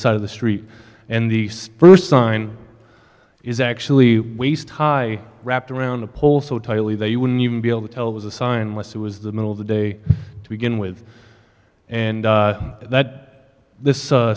side of the street and the spruce sign is actually waist high wrapped around the pole so tightly that you wouldn't even be able to tell was a sign was it was the middle of the day to begin with and that this